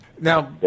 Now